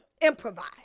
Improvise